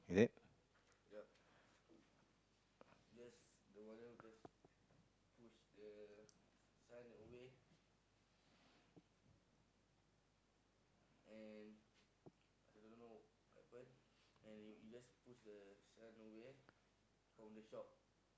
is it